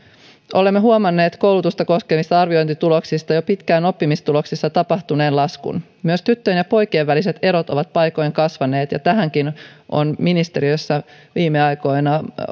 olemme huomanneet koulutusta koskevista arviointituloksista jo pitkään oppimistuloksissa tapahtuneen laskun myös tyttöjen ja poikien väliset erot ovat paikoin kasvaneet ja tähänkin on ministeriössä viime aikoina